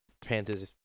Panthers